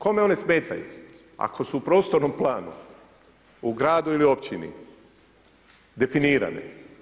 Kome one smetaju, ako su u prostornom planu u gradu ili općini definirane?